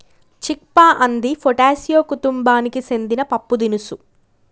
చిక్ పా అంది ఫాటాసియా కుతుంబానికి సెందిన పప్పుదినుసు